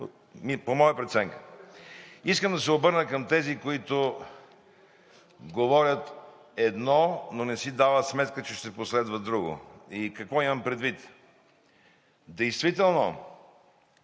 по моя преценка. Искам да се обърна към тези, които говорят едно, но не си дават сметка, че ще последва друго. Какво имам предвид? Действително